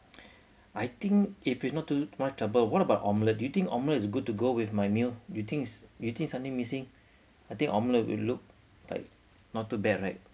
I think if it's not too much trouble what about omelette you think omelette is good to go with my meal you think is you think something missing I think omelette will look like not too bad right